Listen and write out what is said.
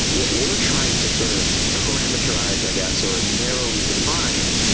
what we're trying to sort of parameterize, i guess, or narrowly define,